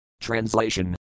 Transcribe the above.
Translation